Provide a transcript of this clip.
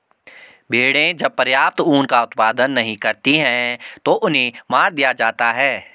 भेड़ें जब पर्याप्त ऊन का उत्पादन नहीं करती हैं तो उन्हें मार दिया जाता है